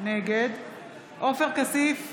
נגד עופר כסיף,